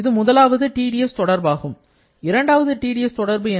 இது முதலாவது Tds தொடர்பாகும் இரண்டாவது Tds தொடர்பு என்ன